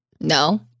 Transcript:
No